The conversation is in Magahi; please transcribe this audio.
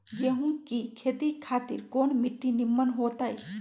गेंहू की खेती खातिर कौन मिट्टी निमन हो ताई?